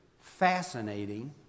fascinating